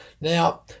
Now